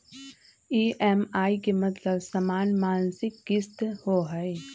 EMI के मतलब समान मासिक किस्त होहई?